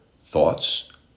thoughts